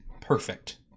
perfect